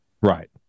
Right